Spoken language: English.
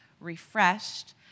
refreshed